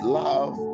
love